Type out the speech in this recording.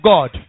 God